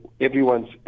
everyone's